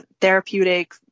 therapeutic